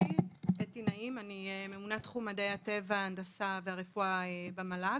אני ממונה תחום מדעי הנדסה, הנדסה והרפואה במל"ג.